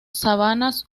sabanas